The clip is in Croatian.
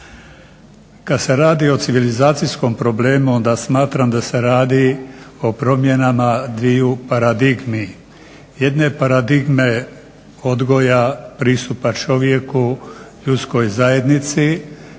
Kad se radi o civilizacijskom problemu onda smatram da se radi o promjenama dviju paradigmi, jedne paradigme odgoja, pristupa čovjeku, ljudskoj zajednici,